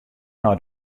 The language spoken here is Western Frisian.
nei